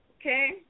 Okay